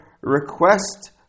request